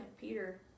Peter